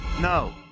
No